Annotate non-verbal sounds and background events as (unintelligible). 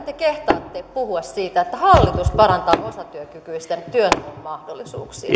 (unintelligible) te kehtaatte puhua siitä että hallitus parantaa osatyökykyisten työnteon mahdollisuuksia